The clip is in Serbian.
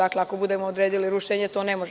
Ako budemo odredili rušenje, to ne može.